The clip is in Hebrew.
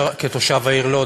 כתושב העיר לוד,